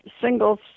singles